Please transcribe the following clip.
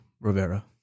Rivera